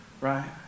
right